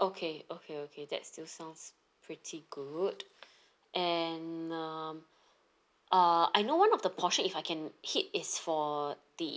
okay okay okay that still sounds pretty good and um uh I know one of the portion if I can hit is for the